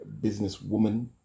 businesswoman